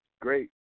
great